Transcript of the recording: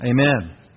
Amen